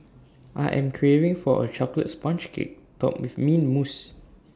I am craving for A Chocolate Sponge Cake Topped with Mint Mousse